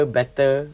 better